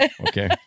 Okay